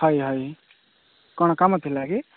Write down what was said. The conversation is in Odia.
ଆଜ୍ଞା ଆଜ୍ଞା କ'ଣ କାମ ଥିଲା କି